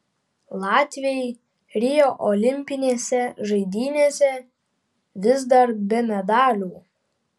latviai rio olimpinėse žaidynėse vis dar be medalių